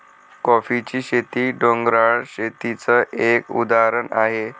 कॉफीची शेती, डोंगराळ शेतीच एक उदाहरण आहे